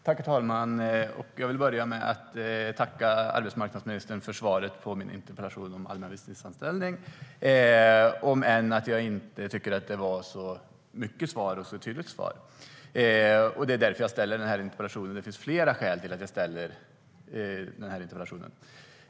Herr talman! Jag vill börja med att tacka arbetsmarknadsministern för svaret på min interpellation om allmän visstidsanställning, om än jag tycker att det inte var så mycket svar och inte ett så tydligt svar. Det finns flera skäl till att jag ställt den här interpellationen.